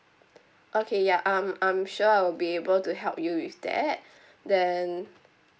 okay ya um I'm sure I'll be able to help you with that then